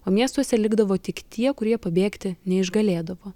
o miestuose likdavo tik tie kurie pabėgti neišgalėdavo